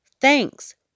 Thanks